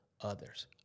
others